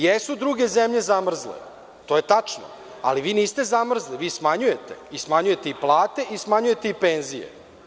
Jesu druge zemlje zamrzle, to je tačno, ali vi niste zamrzli, vi smanjujete i smanjujete i plate i smanjujete i penzije.